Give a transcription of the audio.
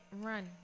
run